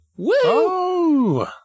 Woo